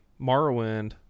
Morrowind